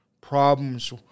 problems